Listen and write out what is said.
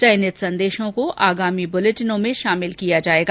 चयनित संदेशों को आगामी बुलेटिनों में शामिल किया जाएगा